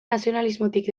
nazionalismotik